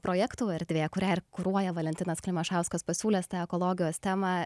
projektų erdvė kurią kuruoja valentinas klimašauskas pasiūlęs tą ekologijos temą